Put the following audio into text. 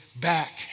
back